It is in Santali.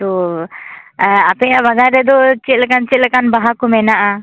ᱚᱻ ᱟᱯᱮᱭᱟᱜ ᱵᱟᱜᱟᱱ ᱨᱮᱫᱚ ᱪᱮᱫ ᱞᱮᱠᱟᱱ ᱪᱮᱫ ᱞᱮᱠᱟᱱ ᱵᱟᱦᱟ ᱠᱚ ᱢᱮᱱᱟᱜᱼᱟ